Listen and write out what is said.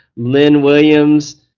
lynn williams,